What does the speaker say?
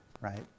right